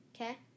Okay